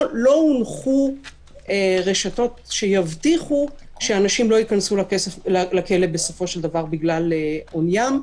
הונחו רשתות שיבטיחו שאנשים לא ייכנסו לכלא בסופו של דבר בגלל עוניים,